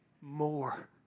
more